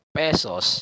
pesos